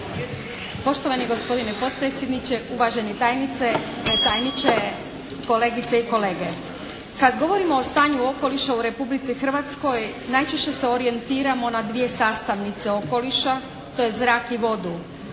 Poštovani gospodine potpredsjedniče, uvaženi tajniče, kolegice i kolege. Kad govorimo o stanju okoliša u Republici Hrvatskoj najčešće se orijentiramo na dvije sastavnice okoliša, to je zrak i vodu